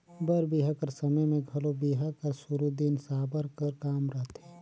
बर बिहा कर समे मे घलो बिहा कर सुरू दिन साबर कर काम रहथे